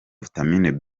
vitamin